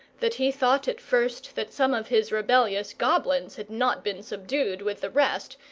that he thought at first that some of his rebellious goblins had not been subdued with the rest,